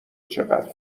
چقدر